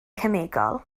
cemegol